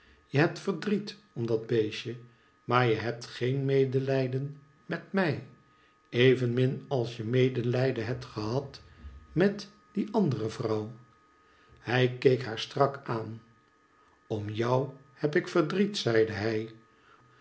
je hebt verdriet om dat beestje maar je hebt geen medelijden met mij evenmin als je medelijden hebt gehad met die andere vrouw hij keek haar strak aan omjou heb ik verdriet zeide hij